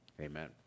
Amen